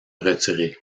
retirer